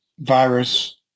virus